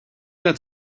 got